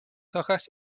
hojas